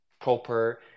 proper